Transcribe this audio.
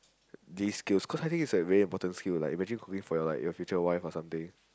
these skills cause I think it's a very important skill like imagine cooking for your like your future wife or something